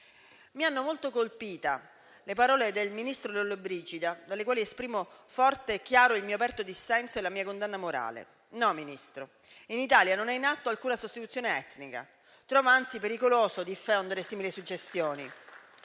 Mi hanno molto colpita le parole del ministro Lollobrigida, rispetto alle quali esprimo forte e chiaro il mio aperto dissenso e la mia condanna morale. No, signor Ministro, in Italia non è in atto alcuna sostituzione etnica. Trovo anzi pericoloso diffondere simili suggestioni,